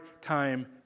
time